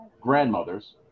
grandmothers